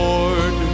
Lord